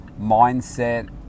mindset